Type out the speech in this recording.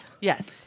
Yes